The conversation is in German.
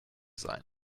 sein